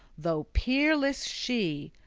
though peerless she,